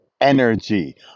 energy